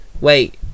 Wait